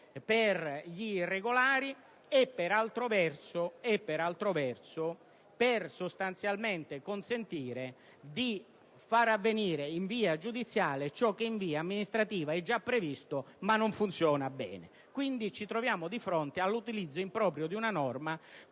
per gli irregolari e, per altro verso, consentire sostanzialmente per di far avvenire in via giudiziale ciò che in via amministrativa è già previsto, ma non funziona bene. Quindi, ci troviamo di fronte all'utilizzo improprio di una norma